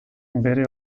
bere